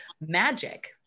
magic